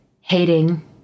hating